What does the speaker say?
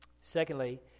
Secondly